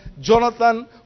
Jonathan